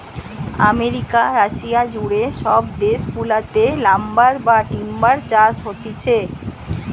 America, Russia জুড়ে সব দেশ গুলাতে লাম্বার বা টিম্বার চাষ হতিছে